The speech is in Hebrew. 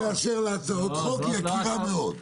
עד לאשר לה הצעות חוק, היא יקירה מאוד.